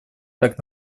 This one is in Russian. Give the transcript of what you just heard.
так